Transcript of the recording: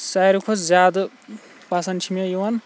سٲروٕے کھۄتہٕ زیادٕ پَسَنٛد چھِ مےٚ یِوان